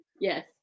Yes